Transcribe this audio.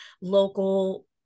local